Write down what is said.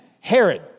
Herod